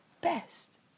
best